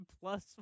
plus